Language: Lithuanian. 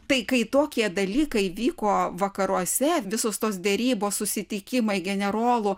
tai kai tokie dalykai vyko vakaruose visos tos derybos susitikimai generolų